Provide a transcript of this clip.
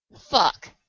Fuck